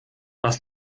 was